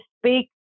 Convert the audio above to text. speak